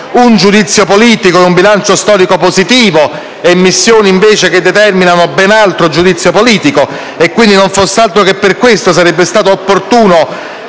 un giudizio politico e un bilancio storico positivo e missioni che invece determinano ben altro giudizio politico; quindi, non fosse altro che per questo, sarebbe stato opportuno